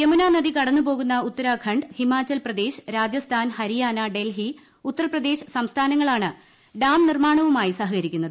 യമുനാ നദി കടന്നു പോകുന്ന ഉത്തരഖണ്ഡ് ഹിമാചൽ പ്രദേശ് രാജസ്ഥാൻ ഹരിയാന ഡൽഹി ഉത്തർപ്രദേശ് സംസ്ഥാനങ്ങളാണ് ഡാം നിർമ്മാണവുമായി സഹകരിക്കുന്നത്